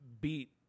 beat